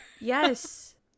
yes